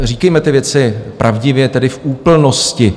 Říkejme ty věci pravdivě, tedy v úplnosti.